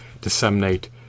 disseminate